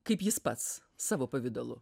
kaip jis pats savo pavidalu